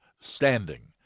standing